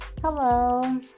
Hello